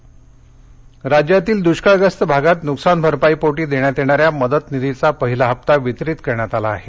दष्काळ निधी राज्यातील दुष्काळग्रस्त भागात नुकसान भरपाईपोटी देण्यात येणाऱ्या मदत निधीचा पहिला हप्ता वितरित करण्यात आला आहे